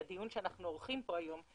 הדיון שאנחנו עורכים פה היום.